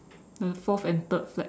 the fourth and third flag